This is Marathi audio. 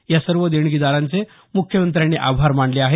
या सर्व देणगीदारांचे मुख्यमंत्र्यांनी आभार मानले आहेत